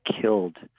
killed